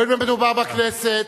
הואיל ומדובר בכנסת,